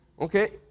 Okay